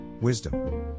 wisdom